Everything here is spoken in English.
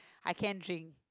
I can drink